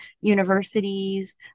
universities